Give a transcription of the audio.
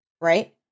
right